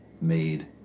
made